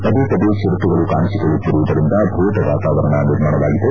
ಪದೆ ಪದೆ ಚಿರತೆಗಳು ಕಾಣಿಸಿಕೊಳ್ಳುತ್ತಿರುವುದರಿಂದ ಭಯದ ವಾತಾವರಣ ನಿರ್ಮಾಣವಾಗಿದೆ